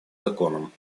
законом